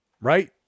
right